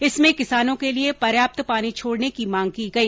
इसमें किसानों के लिए पर्याप्त पानी छोडने की मांग की गई